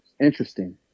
Interesting